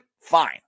fine